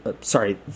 sorry